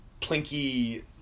plinky